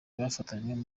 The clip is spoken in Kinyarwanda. bafatanyije